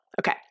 Okay